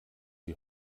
die